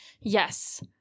Yes